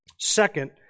Second